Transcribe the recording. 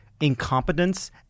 incompetence